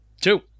Two